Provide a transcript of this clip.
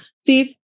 Steve